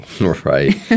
Right